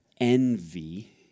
envy